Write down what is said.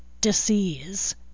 disease